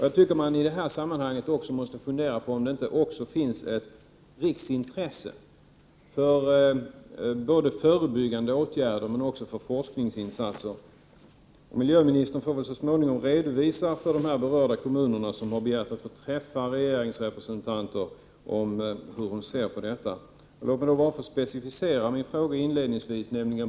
Jag tycker att man i det här sammanhanget måste fundera på om det inte också finns ett riksintresse av förebyggande åtgärder men också för forskningsinsatser. Miljöministern får väl så småningom redovisa hur hon ser på den frågan för de berörda kommunerna, eftersom de har begärt att få träffa regeringsrepresentanter och höra deras syn oå detta. Låt mig klargöra den fråga jag ställde inledningsvis.